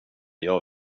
gör